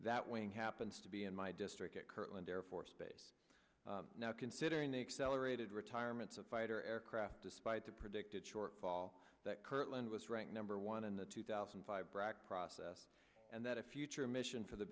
that winning happens to be in my district at kirtland air force base now considering the accelerated retirements of fighter aircraft despite the predicted shortfall that kirtland was ranked number one in the two thousand and five brac process and that a future mission for the